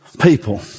people